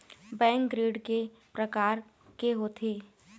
Bank ऋण के प्रकार के होथे?